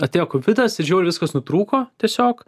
atėjo kovidas ir žiauriai viskas nutrūko tiesiog